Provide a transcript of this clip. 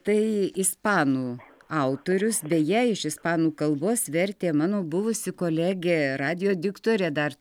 tai ispanų autorius beje iš ispanų kalbos vertė mano buvusi kolegė radijo diktorė dar